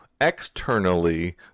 externally